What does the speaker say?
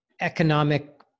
economic